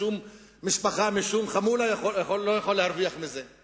משום משפחה ומשום חמולה לא יכול להרוויח מזה.